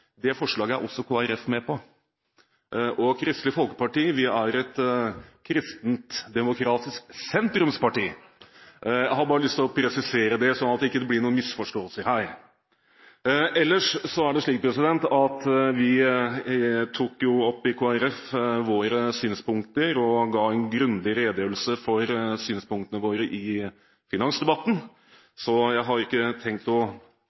Det forslaget er også Kristelig Folkeparti med på. Kristelig Folkeparti er et kristendemokratisk sentrumsparti. Jeg hadde bare lyst til å presisere det, sånn at det ikke blir noen misforståelser her. Ellers er det slik at vi i Kristelig Folkeparti tok opp våre synspunkter og ga en grundig redegjørelse for synspunktene våre i finansdebatten, så jeg har ikke tenkt å